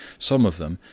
some of them,